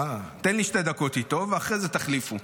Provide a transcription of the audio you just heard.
תן לי שתי דקות איתו, ואחרי זה תחליפו.